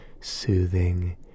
soothing